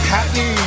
Happy